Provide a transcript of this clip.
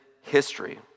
history